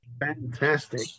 Fantastic